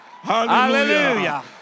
Hallelujah